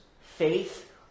faith